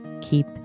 keep